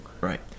Right